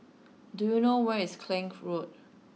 do you know where is Klang Road